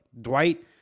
Dwight